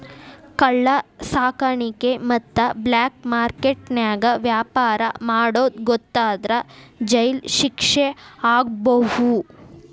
ಕಳ್ಳ ಸಾಕಾಣಿಕೆ ಮತ್ತ ಬ್ಲಾಕ್ ಮಾರ್ಕೆಟ್ ನ್ಯಾಗ ವ್ಯಾಪಾರ ಮಾಡೋದ್ ಗೊತ್ತಾದ್ರ ಜೈಲ್ ಶಿಕ್ಷೆ ಆಗ್ಬಹು